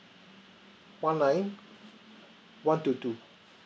one nine one two two